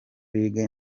league